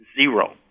zero